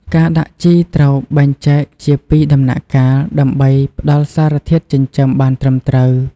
ការដាក់ជីត្រូវបែងចែកជាពីរដំណាក់កាលដើម្បីផ្តល់សារធាតុចិញ្ចឹមបានត្រឹមត្រូវ។